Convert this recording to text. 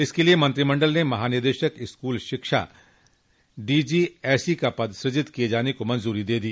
इसके लिये मंत्रिमंडल ने महानिदेशक स्कूल शिक्षा डोजीएसई का पद सृजित किये जाने को मंजूरी दे दी